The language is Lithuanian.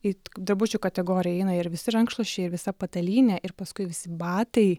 į drabužių kategoriją įeina ir visi rankšluosčiai ir visa patalynė ir paskui visi batai